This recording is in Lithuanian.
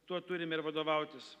tuo turime ir vadovautis